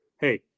hey